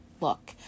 look